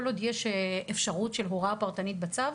כל עוד יש אפשרות של הוראה פרטנית בצו,